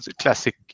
classic